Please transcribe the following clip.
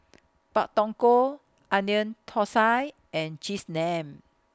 Pak Thong Ko Onion Thosai and Cheese Naan